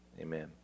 Amen